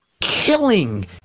killing